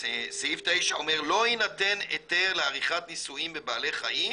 סעיף 9 אומר 'לא יינתן היתר לעריכת ניסויים בבעלי חיים',